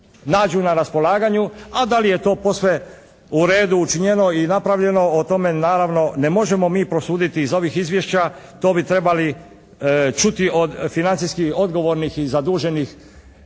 nađu na raspolaganju a da li je to posve u redu učinjeno ili napravljeno o tome naravno ne možemo mi prosuditi iz ovih izvješća, to bi trebali čuti od financijski odgovornih i zaduženih